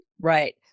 Right